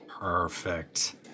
perfect